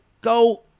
go